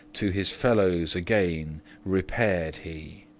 to his fellows again repaired he.